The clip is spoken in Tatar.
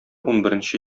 унберенче